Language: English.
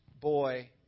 boy